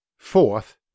Fourth